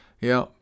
Yeah